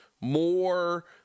more